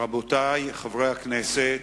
רבותי חברי הכנסת,